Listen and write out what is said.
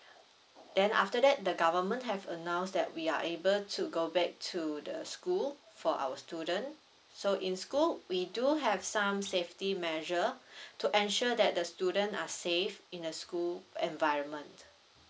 then after that the government have announced that we are able to go back to the school for our student so in school we do have some safety measure to ensure that the student are safe in a school environment